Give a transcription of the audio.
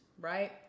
right